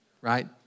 right